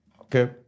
Okay